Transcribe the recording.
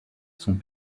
sont